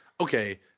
Okay